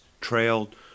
trailed